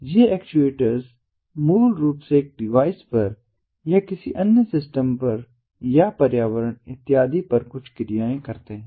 ये एक्चुएटर्स मूल रूप से एक डिवाइस पर या किसी अन्य सिस्टम पर या पर्यावरण इत्यादि पर कुछ क्रियाएं करते हैं